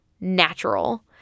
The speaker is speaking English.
natural